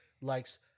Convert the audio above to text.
likes